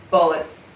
Bullets